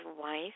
wife